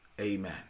amen